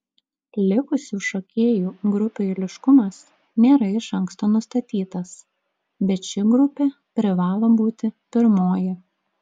likusių šokėjų grupių eiliškumas nėra iš anksto nustatytas bet ši grupė privalo būti pirmoji